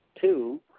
Two